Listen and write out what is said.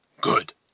Good